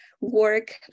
work